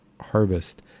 harvest